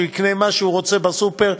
שיקנו מה שהם רוצים בסופר,